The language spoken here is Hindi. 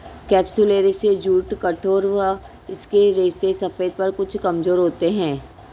कैप्सुलैरिस जूट कठोर व इसके रेशे सफेद पर कुछ कमजोर होते हैं